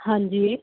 ਹਾਂਜੀ